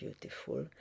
beautiful